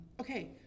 okay